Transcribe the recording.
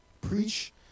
preach